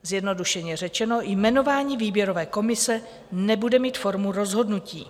Zjednodušeně řečeno, jmenování výběrové komise nebude mít formu rozhodnutí.